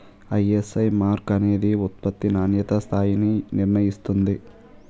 ISI mark అనేది ఉత్పత్తి నాణ్యతా స్థాయిని నిర్ణయిస్తుంది